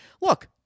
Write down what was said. look